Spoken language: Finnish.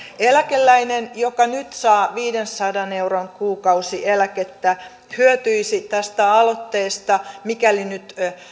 eläkeläinen joka nyt saa viidensadan euron kuukausieläkettä hyötyisi tästä aloitteesta mikäli nyt